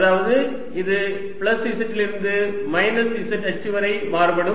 அதாவது இது plus z இலிருந்து மைனஸ் z அச்சு வரை மாறுபடும்